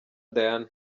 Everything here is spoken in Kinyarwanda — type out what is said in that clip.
diana